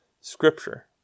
scripture